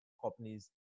companies